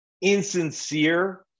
insincere